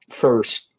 first